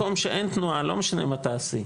מקום שאין תנועה, לא משנה מה נעשה,